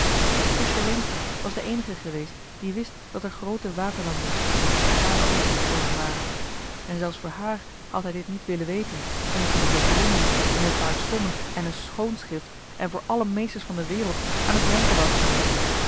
zusje leentje was de eenige geweest die wist dat er groote waterlanders in z'n brutale oogen gekomen waren en zelfs voor haar had hij dit niet willen weten omdat hij om den drommel niet om een paar sommen en een schoonschrift en voor alle meesters van de wereld aan t janken wou gaan